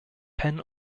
penn